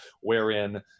wherein